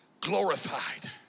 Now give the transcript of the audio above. glorified